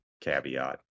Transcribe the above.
caveat